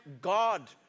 God